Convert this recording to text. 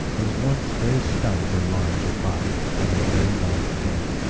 was once very stout or large of body, having a very long tail.